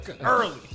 early